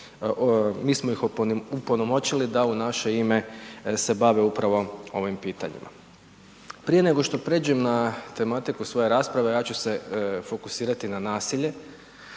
mi smo ih opunomoćile da u naše ime se bave upravo ovim pitanjima. Prije nego što pređem na tematiku svoje rasprave, ja ću se fokusirati na nasilje,